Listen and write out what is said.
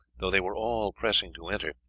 though they were all pressing to enter.